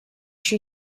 she